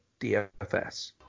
DFS